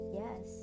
yes